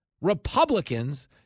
Republicans